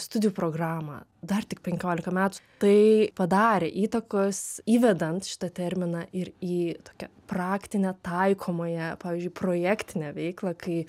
studijų programą dar tik penkiolika metų tai padarė įtakos įvedant šitą terminą ir į tokią praktinę taikomąją pavyzdžiui projektinę veiklą kai